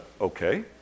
okay